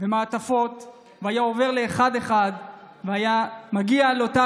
ומעטפות והיה עובר אחד-אחד והיה מגיע לאותה